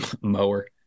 Mower